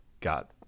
got